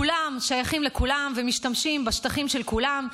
כולם שייכים לכולם ומשתמשים בשטחים של כולם,